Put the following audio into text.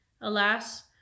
Alas